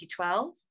2012